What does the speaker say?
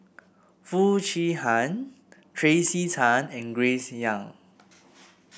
Foo Chee Han Tracey Tan and Grace Young